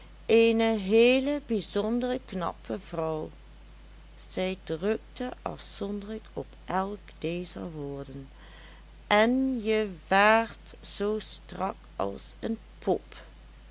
eene heele bijzondere knappe vrouw zij drukte afzonderlijk op elk dezer woorden en je waart zoo strak als een pop